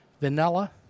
vanilla